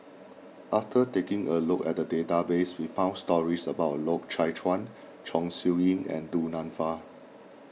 after taking a look at the database we found stories about Loy Chye Chuan Chong Siew Ying and Du Nanfa